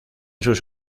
sus